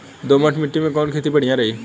दोमट माटी में कवन खेती बढ़िया रही?